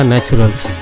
Naturals